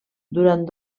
durant